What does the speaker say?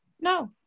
No